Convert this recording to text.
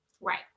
right